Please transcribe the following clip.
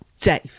Dave